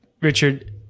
richard